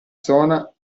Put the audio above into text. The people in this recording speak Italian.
zona